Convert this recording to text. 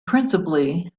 principally